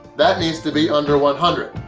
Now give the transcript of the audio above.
that needs to be under one hundred.